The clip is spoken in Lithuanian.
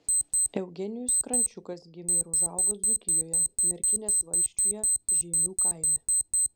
eugenijus krančiukas gimė ir užaugo dzūkijoje merkinės valsčiuje žeimių kaime